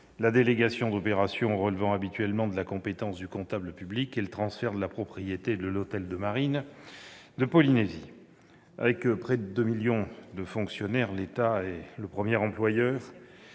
la délégation d'opérations relevant habituellement de la compétence du comptable public, et le transfert de la propriété de l'hôtel du commandement de la Marine, en Polynésie. Avec près de 2 millions de fonctionnaires, l'État est le premier employeur,